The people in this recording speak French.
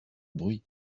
bruit